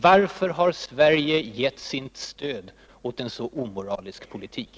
Varför har Sverige gett sitt stöd åt en så omoralisk politik?